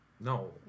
No